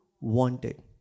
wanted